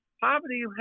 Poverty